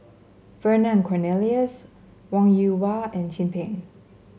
Vernon Cornelius Wong Yoon Wah and Chin Peng